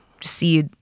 See